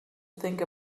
think